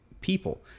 people